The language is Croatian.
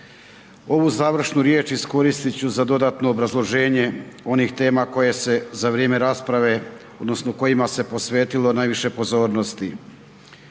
Ovu završnu riječ iskoristit ću za dodatno obrazloženje onih tema koje se za vrijeme rasprave odnosno kojima se posvetilo naviše pozornosti.